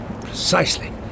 Precisely